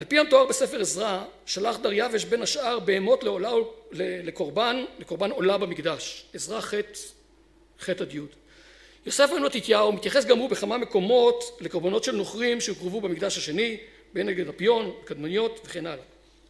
על פי המתואר בספר עזרא, שלח דריוש בין השאר בהמות לעולה, לקורבן, לקורבן עולה במקדש. עזרא ח', ח'-י'. יוסף בן מתתיהו מתייחס גם הוא בכמה מקומות לקורבנות של נוכרים שהוקרבו במקדש השני, ב"נגד אפיון", "קדמוניות" וכן הלאה